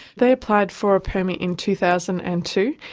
they applied for a permit in two thousand and two,